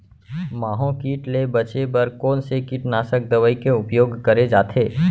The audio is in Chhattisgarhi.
माहो किट ले बचे बर कोन से कीटनाशक दवई के उपयोग करे जाथे?